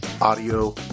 audio